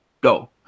go